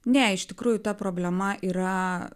ne iš tikrųjų ta problema yra